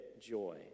joy